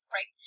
Right